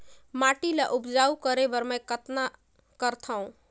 माटी ल उपजाऊ करे बर मै कतना करथव?